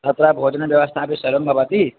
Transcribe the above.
तत्र भोजनव्यवस्था अपि सर्वं भवति